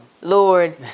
Lord